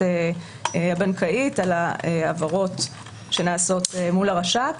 הבנקאית על העברות שנעשות מול הרש"פ.